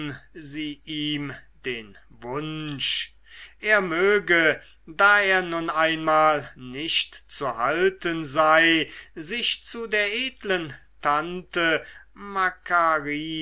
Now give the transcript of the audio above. sie ihm den wunsch er möge da er nun einmal nicht zu halten sei sich zu der edlen tante